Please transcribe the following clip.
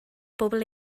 bobl